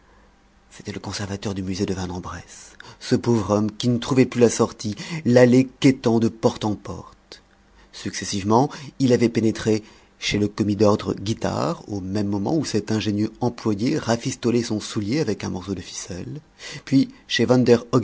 c'était le conservateur du musée de vanne en bresse ce pauvre homme qui ne trouvait plus la sortie l'allait quêtant de porte en porte successivement il avait pénétré chez le commis d'ordre guitare au même moment où cet ingénieux employé rafistolait son soulier avec un morceau de ficelle puis chez van